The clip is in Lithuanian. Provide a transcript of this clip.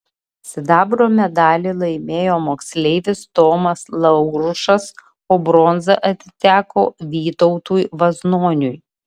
sidabro medalį laimėjo moksleivis tomas laurušas o bronza atiteko vytautui vaznoniui